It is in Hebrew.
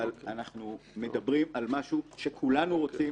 אבל אנחנו מדברים על משהו שכולנו רוצים,